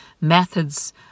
methods